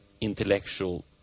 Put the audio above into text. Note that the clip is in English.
intellectual